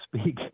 speak